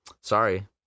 sorry